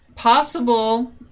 Possible